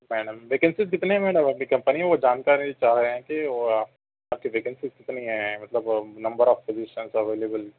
madam vacancies کتنے ہیں madam ابھی کمپنی میں وہ جانکاری چاہ رہے ہیں کہ وہ آپ کی ویکنسی کتنی ہے مطلب وہ نمبر آف پوزیشنز اویلیبل